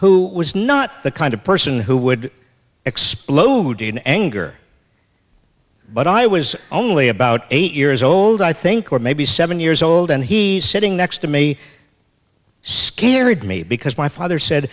who was not the kind of person who would explode in anger but i was only about eight years old i think or maybe seven years old and he sitting next to me scared me because my father said